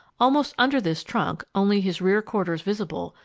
almost under this trunk, only his rear quarters visible,